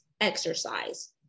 exercise